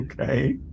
okay